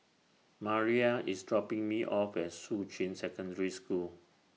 Mariah IS dropping Me off At Shuqun Secondary School